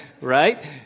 right